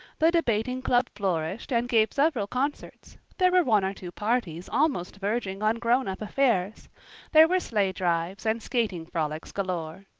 the debating club flourished and gave several concerts there were one or two parties almost verging on grown-up affairs there were sleigh drives and skating frolics galore.